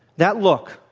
that look,